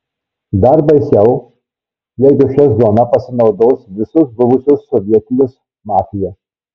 dar baisiau jeigu šia zona pasinaudos visos buvusios sovietijos mafija